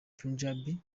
punjabi